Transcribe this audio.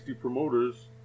promoters